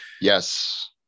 yes